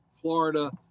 Florida